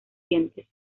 dientes